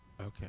okay